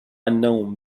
النوم